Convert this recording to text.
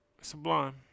sublime